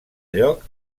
lloc